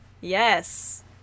yes